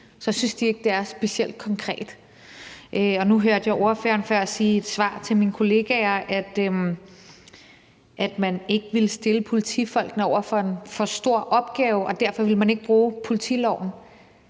så synes de ikke, det er specielt konkret. Nu hørte jeg ordføreren sige før i et svar til mine kollegaer, at man ikke ville stille politifolkene over for en for stor opgave, og derfor ville man ikke bruge politiloven.